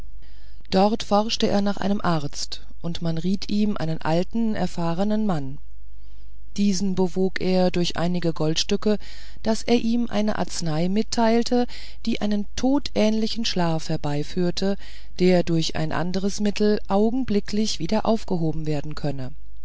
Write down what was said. dort forschte er nach einem arzt und man riet ihm einen alten erfahrenen mann diesen bewog er durch einige goldstücke daß er ihm eine arznei mitteilte die einen todähnlichen schlaf herbeiführte der durch ein anderes mittel augenblicklich wieder gehoben werden könnte